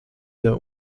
der